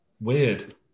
weird